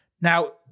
Now